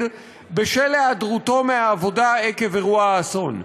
בשל היעדרותו מהעבודה עקב אירוע האסון,